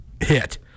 hit